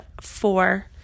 four